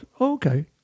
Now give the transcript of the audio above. okay